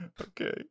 Okay